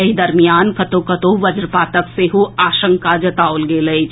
एहि दरमियान कतहु कतहु वज्रपातक सेहो आशंका जताओल गेल अछि